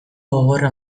gogorra